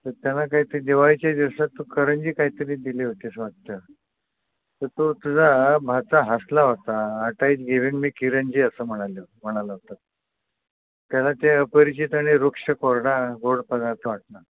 तर त्यांना काहीतरी दिवाळीच्या दिवसात तू करंजी काहीतरी दिली होतीस वाटतं तर तो तुझा भाच्चा हसला होता आत्या इज गिव्हन मी किरंजी असं म्हणालं म्हणाला होता त्यांना ते अपरिचित आणि रुक्ष कोरडा गोड पदार्थ वाटणार